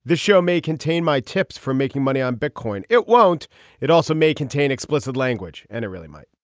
the show may contain my tips for making money on bitcoin. it won't it also may contain explicit language and it really might